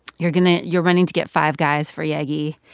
you're going to you're running to get five guys for yegi.